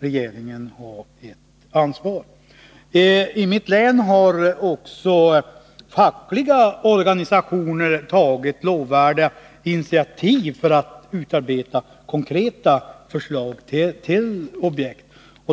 regeringen självfallet ta ett ansvar för. I mitt län har också fackliga organisationer tagit lovvärda initiativ för att utarbeta konkreta förslag till objekt.